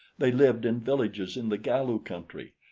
they lived in villages in the galu country,